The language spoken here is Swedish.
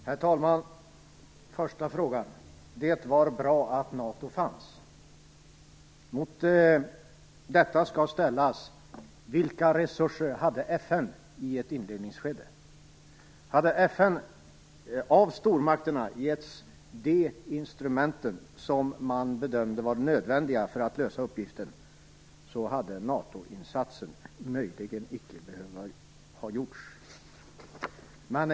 Herr talman! Som svar på första frågan vill jag säga att det var bra att NATO fanns. Mot detta skall frågan om vilka resurser FN hade i ett inledningsskede ställas. Hade FN av stormakterna givits de instrument som man bedömde var nödvändiga för att lösa uppgiften hade NATO-insatsen möjligen icke behövts.